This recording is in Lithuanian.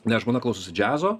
ne žmona klausosi džiazo